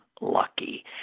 lucky